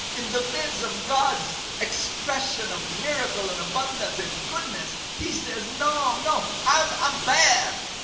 in the midst of god's expression of miracle, and abundance, and goodness, he says, no, no. i'm ah bad!